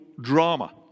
drama